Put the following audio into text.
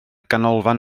ganolfan